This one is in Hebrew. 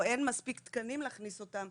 או שאין מספיק תקנים להכניס אותם,